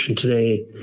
today